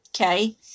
Okay